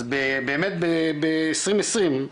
אז באמת ב-2020,